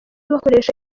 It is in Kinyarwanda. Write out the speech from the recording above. bakoresha